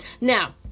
now